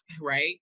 right